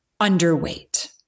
underweight